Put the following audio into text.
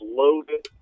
loaded